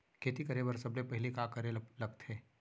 खेती करे बर सबले पहिली का करे ला लगथे?